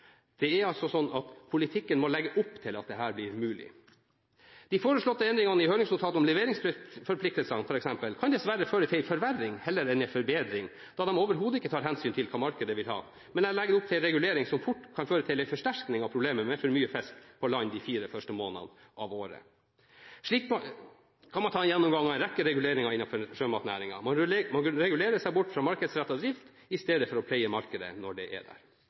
Det er altså slik at politikken må legge opp til at dette blir mulig. De foreslåtte endringene i høringsnotatet om leveringsforpliktelsene for eksempel, kan dessverre heller føre til en forverring enn en forbedring da man overhode ikke tar hensyn til hva markedet vil ha, men legger opp til en regulering som fort kan føre til en forsterkning av problemet med for mye fisk på land i de fire første månedene av året. Slik kan man foreta en gjennomgang av en rekke reguleringer innenfor sjømatnæringen – man regulerer seg bort fra markedsrettet drift istedenfor å pleie markedet når det er der.